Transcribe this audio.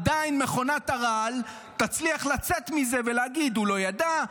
עדיין מכונת הרעל תצליח לצאת מזה ולהגיד: הוא לא ידע,